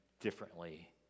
differently